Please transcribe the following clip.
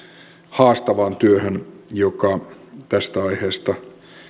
haastavaan työhön joka tästä aiheesta